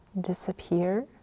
disappear